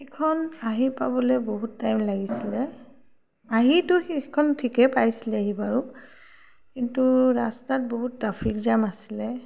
সেইখন আহি পাবলৈ বহুত টাইম লাগিছিলে আহিতো সেইখন ঠিকে পাইছিলেহি বাৰু কিন্তু ৰাস্তাত বহুত ট্ৰাফিক জাম আছিলে